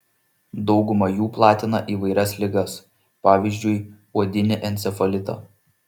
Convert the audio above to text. dauguma jų platina įvairias ligas pavyzdžiui uodinį encefalitą